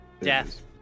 Death